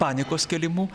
panikos kėlimu